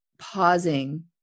Pausing